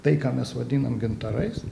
tai ką mes vadinam gintarais